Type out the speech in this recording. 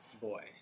Boy